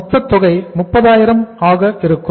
மொத்தத் தொகை 30000 ஆக இருக்கும்